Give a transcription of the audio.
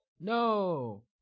No